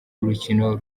urukino